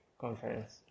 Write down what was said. conference